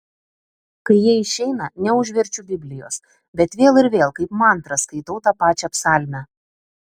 kai jie išeina neužverčiu biblijos bet vėl ir vėl kaip mantrą skaitau tą pačią psalmę